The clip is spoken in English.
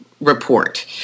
report